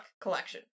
collection